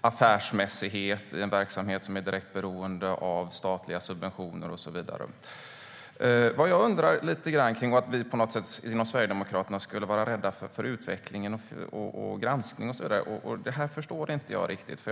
affärsmässighet i en verksamhet som är direkt beroende av statliga subventioner. Vad jag undrar lite grann över är att vi inom Sverigedemokraterna på något sätt skulle vara rädda för utvecklingen, granskning och så vidare. Det förstår jag inte riktigt.